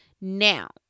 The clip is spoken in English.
Now